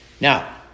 Now